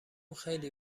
خیلی